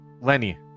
Lenny